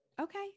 Okay